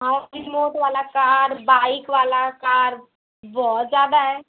हाँ रिमोट वाला car bike वाला कार बहुत ज़्यादा हैं